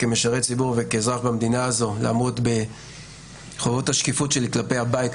כמשרת ציבור וכאזרח במדינה הזו לעמוד בחובות השקיפות שלי כלפי הבית,